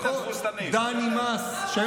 אני מסכים